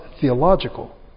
theological